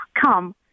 come